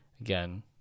Again